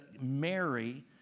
Mary